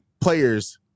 players